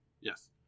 Yes